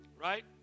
Right